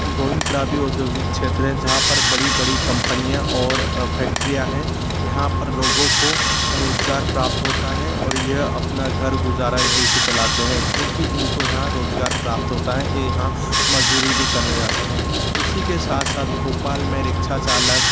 गोविंदपुरा भी ओद्योगिक क्षेत्र है जहाँ पर बड़ी बड़ी कंपनियाँ और फैक्टरियाँ हैं यहाँ पर लोगों को रोज़गार प्राप्त होता है और यह अपना घर गुज़ारा यहीं से चलाते हें क्योंकि इनको यहाँ रोज़गार प्राप्त होता हे ये यहाँ मज़दूरी भी करने जाते हें इसी के साथ साथ भोपाल में रिक्शा चालक